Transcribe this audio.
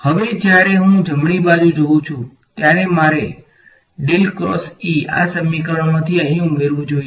હવે જ્યારે હું જમણી બાજુ જોઉં છું ત્યારે મારે આ સમીકરણમાથી અહી ઉમેરવુ જોઈયે